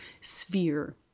sphere